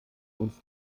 uns